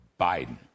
Biden